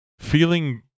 feeling